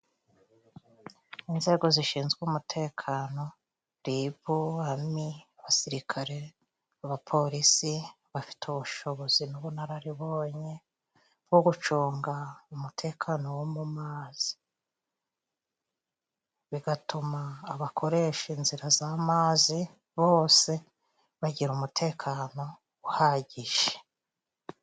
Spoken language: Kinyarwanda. Inzego zishinzwe umutekano: RlB, hamwe n'abasirikare, abapolisi, bafite ubushobozi n'ubunararibonye bwo gucunga umutekano wo mu mazi, bigatuma abakoresha inzira zamazi bose bagira umutekano uhagije.